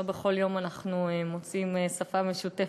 לא בכל יום אנחנו מוצאים שפה משותפת,